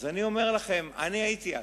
אז אני אומר לכם, אני הייתי אז,